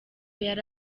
yari